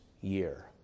year